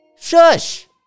Shush